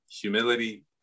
humility